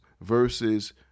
versus